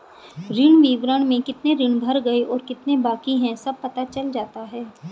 ऋण विवरण में कितने ऋण भर गए और कितने बाकि है सब पता चल जाता है